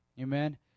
amen